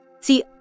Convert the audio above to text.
See